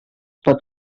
pot